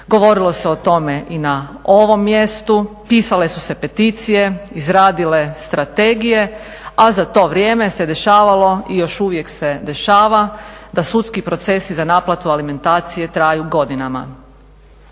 govorili se o tome i na ovom mjestu, pisale su se peticije, izradile strategije, a za to vrijeme se dešavalo i još uvijek se dešava da sudski procesi za naplatu alimentacije traju godinama.